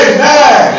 Amen